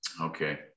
Okay